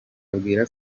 abwira